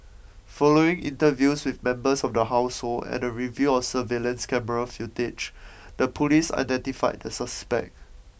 following interviews with members of the household and a review of surveillance camera footage the police identified the suspect